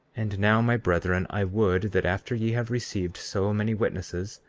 and now, my brethren, i would that, after ye have received so many witnesses,